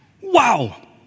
Wow